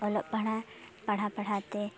ᱚᱞᱚᱜ ᱯᱟᱲᱦᱟᱣ ᱯᱟᱲᱦᱟᱣ ᱯᱟᱲᱦᱟᱣ ᱛᱮ